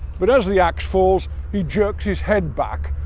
but as the axe falls he jerks his head back,